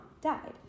died